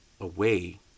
away